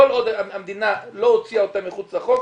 כל עוד המדינה לא הוציאה אותם מחוץ לחוק,